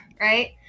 Right